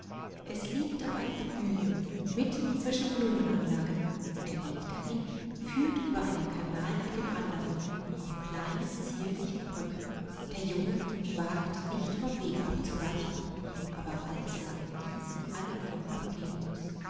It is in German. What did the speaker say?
es liegt auf einem hügel mitten zwischen blumenanlagen und der weg dahin führt über einen kanal nach dem anderen auf kleinen zierlichen brücken der junge wagt nicht vom wege abzuweichen aber als er an diesem allen vorübergehenmuß